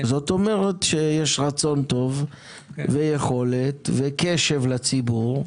כלומר יש רצון טוב ויכולת וקשב לציבור,